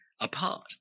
apart